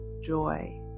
joy